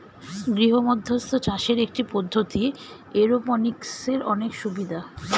গৃহমধ্যস্থ চাষের একটি পদ্ধতি, এরওপনিক্সের অনেক সুবিধা